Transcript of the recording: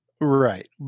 right